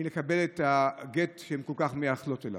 ולכן הן לא מקבלות את הגט שהן כל כך מייחלות אליו.